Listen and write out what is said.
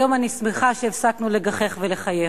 היום אני שמחה שהפסקנו לגחך ולחייך.